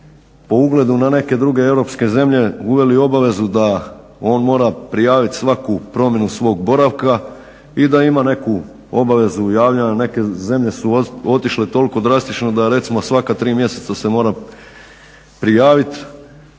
po ugledu na neke druge europske zemlje uveli obavezu da on mora prijaviti svaku promjenu svog boravka i da ima neku obavezu javljanja. Neke zemlje su otišle toliko drastično da recimo svaka tri mjeseca se mora prijaviti,